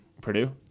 purdue